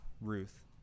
Ruth